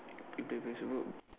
if the facebook